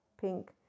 pink